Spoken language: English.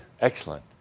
Excellent